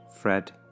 Fred